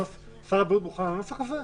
הבריאות מוכן לנוסח זה?